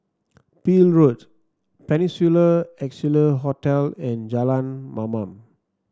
Peel Road Peninsula Excelsior Hotel and Jalan Mamam